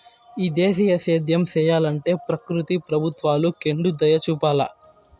ఈ దేశీయ సేద్యం సెయ్యలంటే ప్రకృతి ప్రభుత్వాలు కెండుదయచూపాల